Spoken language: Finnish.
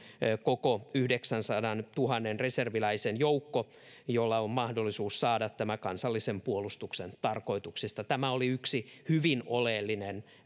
koko yhdeksänsadantuhannen reserviläisen joukko jolla on mahdollisuus saada tämä kansallisen puolustuksen tarkoituksista tämä oli yksi hyvin oleellinen